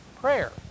prayer